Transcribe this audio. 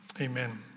Amen